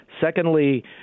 Secondly